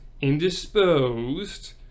indisposed